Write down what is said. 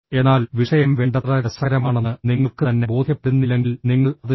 എന്നാൽ വിഷയം വേണ്ടത്ര രസകരമാണെന്ന് നിങ്ങൾക്ക് തന്നെ ബോധ്യപ്പെടുന്നില്ലെങ്കിൽ നിങ്ങൾ അത് ചെയ്യും